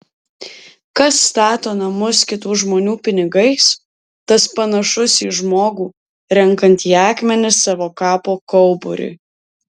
kas stato namus kitų žmonių pinigais tas panašus į žmogų renkantį akmenis savo kapo kauburiui